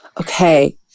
Okay